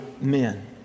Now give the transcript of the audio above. men